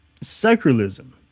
secularism